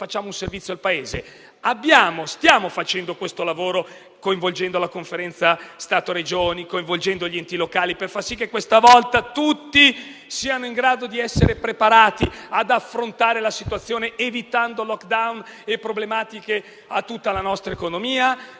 facciamo un servizio al Paese. Stiamo facendo questo lavoro coinvolgendo la Conferenza Stato-Regioni e gli enti locali per far sì che questa volta tutti siano in grado di essere preparati ad affrontare la situazione, evitando *lockdown* e problematiche a tutta la nostra economia?